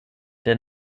der